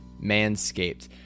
Manscaped